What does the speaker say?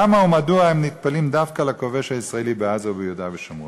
למה ומדוע הם נטפלים דווקא לכובש הישראלי בעזה וביהודה ושומרון?